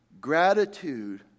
Gratitude